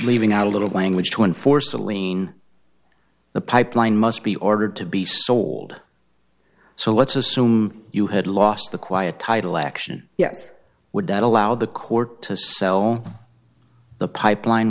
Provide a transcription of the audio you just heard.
leaving out a little language to enforce a lien the pipeline must be ordered to be sold so let's assume you had lost the quiet title action yes would that allow the court to sell the pipeline